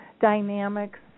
dynamics